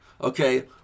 okay